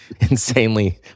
insanely